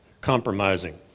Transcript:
compromising